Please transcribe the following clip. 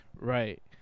Right